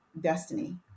Destiny